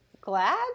glad